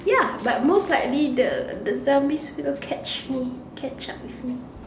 ya but mostly the the zombie still catch me catch up with me